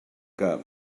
que